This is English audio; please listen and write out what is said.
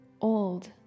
old